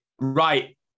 Right